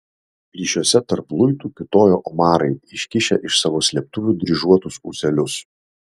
plyšiuose tarp luitų kiūtojo omarai iškišę iš savo slėptuvių dryžuotus ūselius